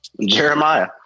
Jeremiah